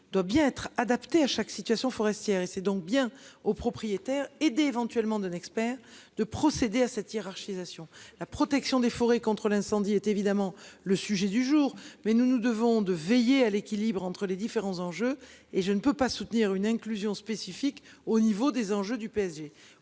doit bien être adaptées à chaque situation forestière et c'est donc bien au propriétaire aider éventuellement d'un expert de procéder à cette hiérarchisation, la protection des forêts contre l'incendie était évidemment le sujet du jour mais nous nous devons de veiller à l'équilibre entre les différents enjeux et je ne peux pas soutenir une inclusion spécifique au niveau des enjeux du PSG